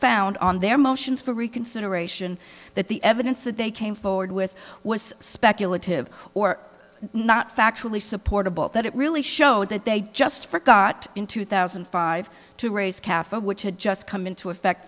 found on their motions for reconsideration that the evidence that they came forward with was speculative or not factually supportable that it really showed that they just forgot in two thousand and five to raise cafe which had just come into effect